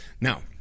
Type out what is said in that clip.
now